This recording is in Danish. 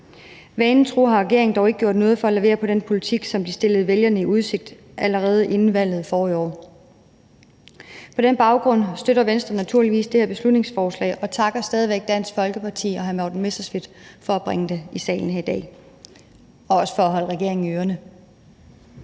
Vanen tro har regeringen dog ikke gjort noget for at levere på den politik, som de stillede vælgerne i udsigt allerede inden valget forrige år. På den baggrund støtter Venstre naturligvis det her beslutningsforslag og takker endnu en gang Dansk Folkeparti og hr. Morten Messerschmidt for at bringe det op i salen her i dag – og også for at holde regeringen i ørerne.